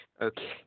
Okay